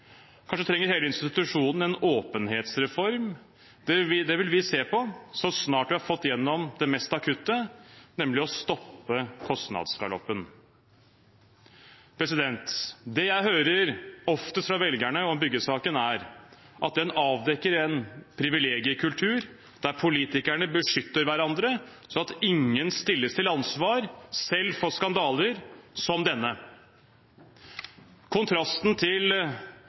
Kanskje trenger hele institusjonen en åpenhetsreform. Det vil vi se på så snart vi har fått gjennom det mest akutte, nemlig å stoppe kostnadsgaloppen. Det jeg hører oftest fra velgerne om byggesaken, er at den avdekker en privilegiumskultur der politikerne beskytter hverandre, sånn at ingen stilles til ansvar selv for skandaler som denne. Kontrasten til